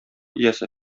иясе